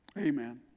amen